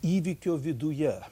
įvykio viduje